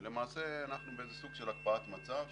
ולמעשה אנחנו בסוג של הקפאת מצב,